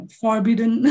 forbidden